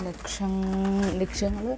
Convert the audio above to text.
ലക്ഷം ലക്ഷ്യങ്ങൾ